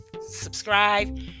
subscribe